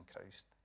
Christ